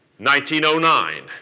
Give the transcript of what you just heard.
1909